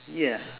ya